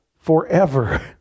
forever